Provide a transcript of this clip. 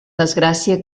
desgràcia